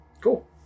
Cool